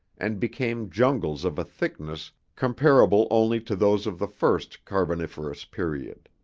and became jungles of a thickness comparable only to those of the first carboniferous period.